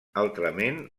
altrament